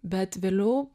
bet vėliau